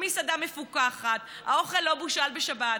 המסעדה מפוקחת, האוכל לא בושל בשבת.